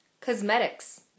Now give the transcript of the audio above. Cosmetics